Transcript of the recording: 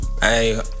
Hey